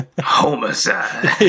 Homicide